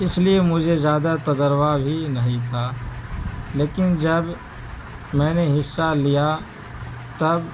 اس لیے مجھے زیادہ تجربہ بھی نہیں تھا لیکن جب میں نے حصہ لیا تب